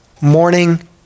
morning